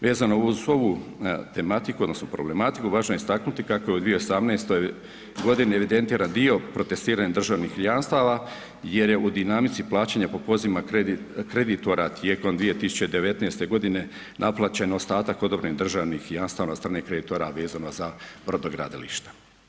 Vezano uz ovu tematiku, odnosno problematiku važno je istaknuti kako je u 2018. godini evidentiran dio protestiranih državnih jamstava jer je u dinamici plaćanja po pozivima kreditora tijekom 2019. godine naplaćen ostatak odobren državnih jamstava od strane kreditora vezano za brodogradilišta.